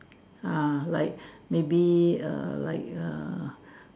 ah like maybe err like err